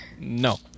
No